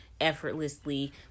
effortlessly